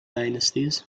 dynasties